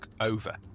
over